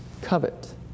covet